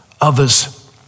others